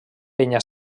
penya